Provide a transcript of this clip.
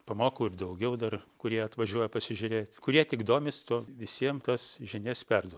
pamokau ir daugiau dar kurie atvažiuoja pasižiūrėt kurie tik domis tuo visiem tas žinias perduo